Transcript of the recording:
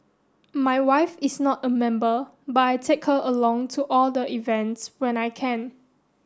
my wife is not a member but I take her along to all the events when I can